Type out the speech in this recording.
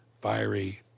fiery